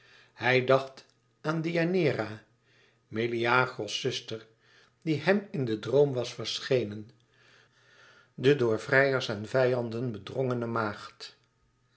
hij dacht aan deianeira meleagros zuster die hem in den droom was verschenen de door vrijers en vijanden bedrongene maagd